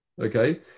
okay